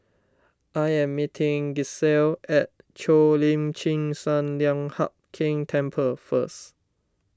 I am meeting Gisselle at Cheo Lim Chin Sun Lian Hup Keng Temple first